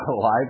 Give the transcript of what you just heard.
life